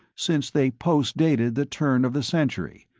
since they postdated the turn of the century,